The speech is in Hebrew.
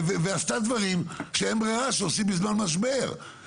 ועשתה דברים שעושים במזמן משבר כי אין ברירה.